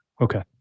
Okay